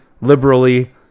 liberally